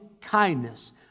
kindness